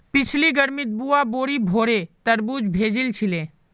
पिछली गर्मीत बुआ बोरी भोरे तरबूज भेजिल छिले